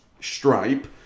Stripe